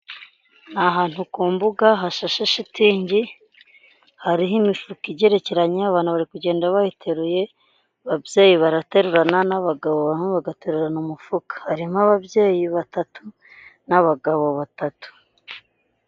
Ahantu ku mbuga hashashe shitingi h,ariho imifuka igerekeranya abantu bari kugenda bayiteruye, ababyeyi baraterurana n'abagabo bamwe bagaterurana umufuka, harimo ababyeyi batatu n'abagabo batatu.